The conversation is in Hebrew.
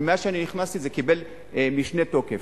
ומאז נכנסתי זה קיבל משנה תוקף.